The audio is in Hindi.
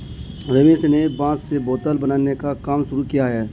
रमेश ने बांस से बोतल बनाने का काम शुरू किया है